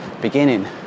beginning